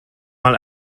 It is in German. mal